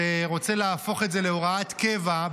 שרוצה להפוך את זה להוראת קבע,